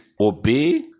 obey